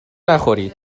نخورید